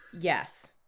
Yes